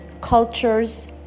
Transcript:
cultures